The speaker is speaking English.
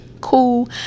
cool